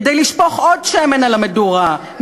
כדי לשפוך עוד שמן על המדורה,